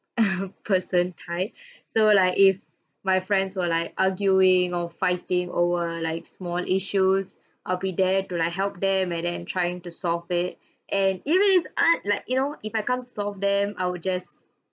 person type so like if my friends were like arguing or fighting over like small issues I'll be there to like help them and then trying to solve it and even if is aren't like you know if I can't solve them I will just